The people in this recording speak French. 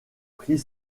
prit